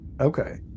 Okay